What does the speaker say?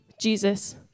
Jesus